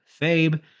Fabe